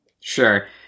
Sure